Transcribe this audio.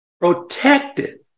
protected